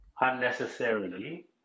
unnecessarily